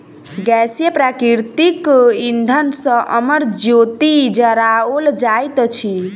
गैसीय प्राकृतिक इंधन सॅ अमर ज्योति जराओल जाइत अछि